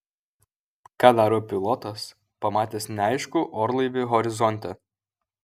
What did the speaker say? ką daro pilotas pamatęs neaiškų orlaivį horizonte